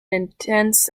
intense